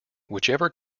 whichever